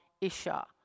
isha